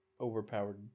overpowered